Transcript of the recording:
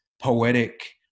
poetic